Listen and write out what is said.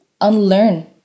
unlearn